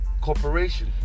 corporation